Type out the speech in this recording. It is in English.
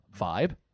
vibe